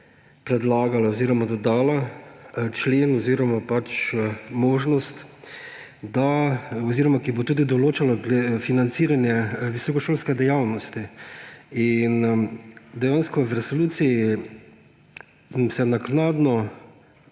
predlagala oziroma dodala člen oziroma možnost, kjer je tudi določeno financiranje visokošolske dejavnosti. Dejansko se je v resoluciji naknadno